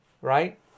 right